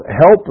help